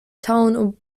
town